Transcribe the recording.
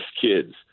kids